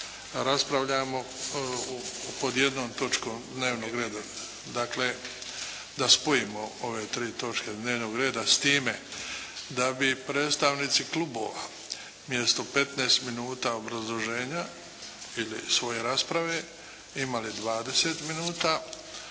raspravljamo pod jednom točkom dnevnog reda. Dakle, da spojimo ove tri točke dnevnog reda, s time da bi predstavnici klubova umjesto 15 minuta obrazloženja ili svoje rasprave imali 20 minuta,